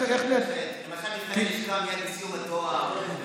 למשל, מבחני לשכה בסיום התואר.